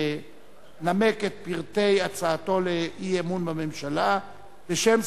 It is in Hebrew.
הצעת חוק התרבות והאמנות (תיקון,